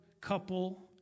couple